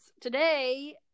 today